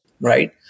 Right